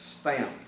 stamp